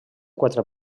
quatre